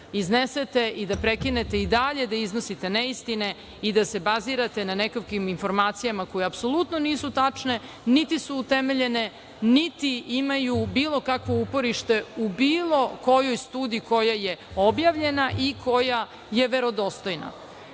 iznesete i da prekinete i dalje da iznosite neistine i da se bazirate na nekakvim informacijama koje apsolutno nisu tačne, niti su utemeljene, niti imaju bilo kakvo uporište u bilo kojoj studiji koja je objavljena i koja je verodostojna. To